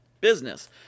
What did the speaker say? business